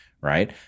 right